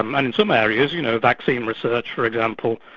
um and in some areas you know, vaccine research, for example,